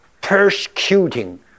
persecuting